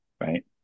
Right